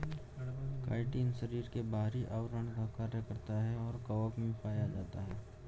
chitin शरीर के बाहरी आवरण का कार्य करता है और कवक में पाया जाता है